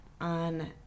on